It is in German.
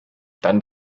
dann